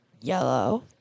yellow